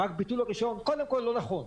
רק ביטול הרישיון זה לא נכון.